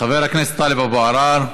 חבר הכנסת טלב אבו עראר,